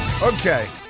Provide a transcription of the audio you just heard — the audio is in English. Okay